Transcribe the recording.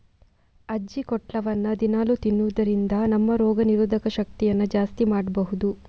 ಅಜ್ಜಿಕೊಟ್ಲವನ್ನ ದಿನಾಲೂ ತಿನ್ನುದರಿಂದ ನಮ್ಮ ರೋಗ ನಿರೋಧಕ ಶಕ್ತಿಯನ್ನ ಜಾಸ್ತಿ ಮಾಡ್ಬಹುದು